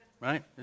right